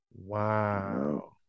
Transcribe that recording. Wow